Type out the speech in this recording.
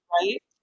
right